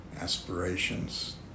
aspirations